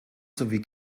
sowie